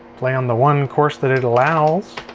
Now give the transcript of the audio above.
play on the one course that it allows.